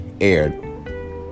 aired